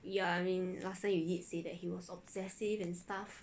ya I mean last time you did say that he was obsessive and stuff